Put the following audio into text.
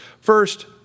First